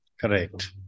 Correct